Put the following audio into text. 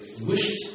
wished